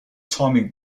timing